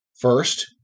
First